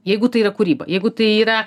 jeigu tai yra kūryba jeigu tai yra